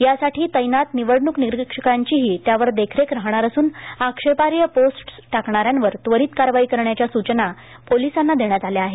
यासाठी तैनात निवडणूक निरीक्षकांचीही त्यावर देखरेख राहणार असून आक्षेपार्ह पोस्ट टाकणाऱ्यांवर त्वरित कारवाई करण्याच्या सूचना पोलिसांना देण्यात आल्या आहेत